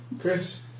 Chris